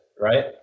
Right